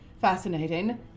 fascinating